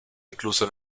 incluso